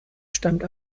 stammt